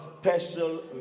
special